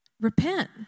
repent